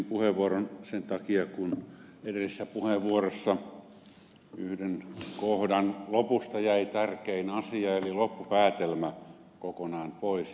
pyysin puheenvuoron sen takia kun edellisessä puheenvuorossa yhden kohdan lopusta jäi tärkein asia eli loppupäätelmä kokonaan pois